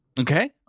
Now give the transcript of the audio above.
Okay